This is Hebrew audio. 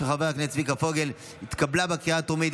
התשפ"ג 2023,